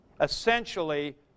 Essentially